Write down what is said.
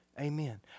Amen